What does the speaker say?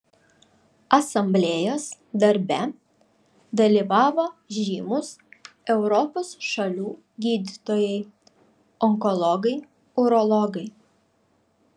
asamblėjos darbe dalyvavo žymūs europos šalių gydytojai onkologai urologai